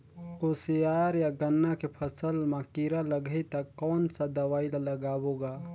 कोशियार या गन्ना के फसल मा कीरा लगही ता कौन सा दवाई ला लगाबो गा?